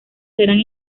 serán